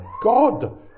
god